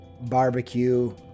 barbecue